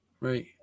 Right